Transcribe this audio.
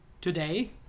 today